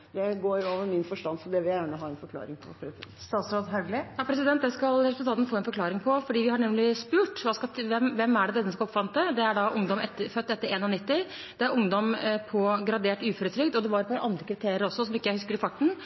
går over min forstand, så det vil jeg gjerne ha en forklaring på. Det skal representanten få en forklaring på, for vi har nemlig spurt: Hvem er det denne skal omfatte? Det er ungdom født etter 1990, det er ungdom på gradert uføretrygd, og det var et par andre kriterier også som jeg ikke husker i farten.